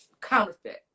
counterfeit